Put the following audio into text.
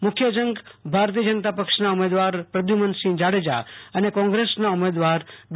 મુખ્ય જં ગ ભાજપના ઉમેઘાર પ્રધ્યુ મનસિંહ જાડેજા અને કોંગ્રેસના ભ્રેદવાર ડો